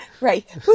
Right